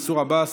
מנסור עבאס,